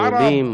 יהודים,